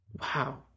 Wow